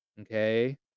okay